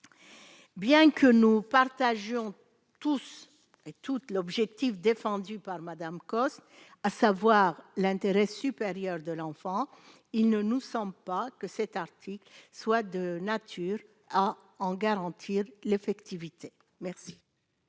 bien que nous partagions tous et toute l'objectif défendu par Madame Cosse, à savoir l'intérêt supérieur de l'enfant, il ne nous sommes pas que cet article soit de nature à en garantir l'effectivité merci.